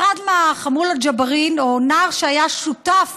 אם שמת לב, אחד מחמולת ג'בארין, או נער שהיה שותף